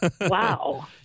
Wow